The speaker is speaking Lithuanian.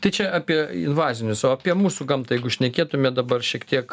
tai čia apie invazinius o apie mūsų gamtą jeigu šnekėtume dabar šiek tiek